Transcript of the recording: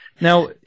Now